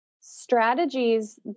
strategies